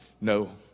no